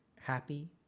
happy